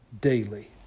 daily